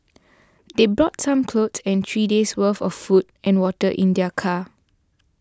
they brought some clothes and three days' worth of food and water in their car